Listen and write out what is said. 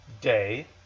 day